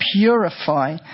purify